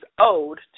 owed